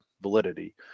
validity